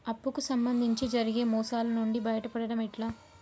అప్పు కు సంబంధించి జరిగే మోసాలు నుండి బయటపడడం ఎట్లా?